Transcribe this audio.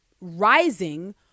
rising